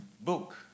book